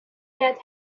that